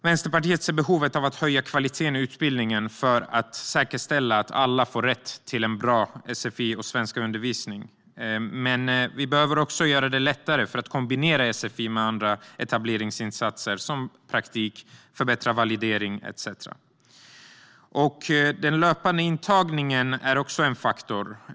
Vänsterpartiet ser behovet av att höja kvaliteten i utbildningen för att säkerställa att alla får rätt till en bra sfi och svenskundervisning. Men vi behöver också göra det lättare att kombinera sfi med andra etableringsinsatser, som praktik, förbättrad validering etcetera. Den löpande intagningen är också en faktor.